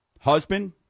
Husband